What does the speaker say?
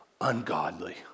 Ungodly